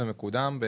הוא מקודם.